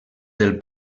del